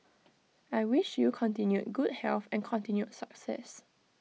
I wish you continued good health and continued success